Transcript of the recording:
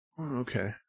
Okay